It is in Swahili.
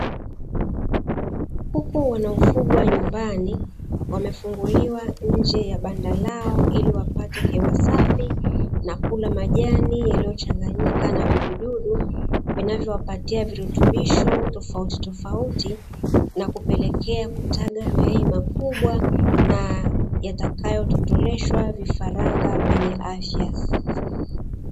Kuku wanaofugwa nyumbani wamefunguliwa nje ya banda lao ili wapate hewa safi, na kula majani yaliyochanganyika na vijidudu vinavyowapatia virutubisho tofautitofauti, na kupelekea kutaga mayai makubwa na yatakayototoleshwa vifaranga vyenye afya.